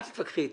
אל תתווכחי אתי.